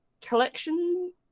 collection